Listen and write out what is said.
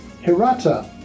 Hirata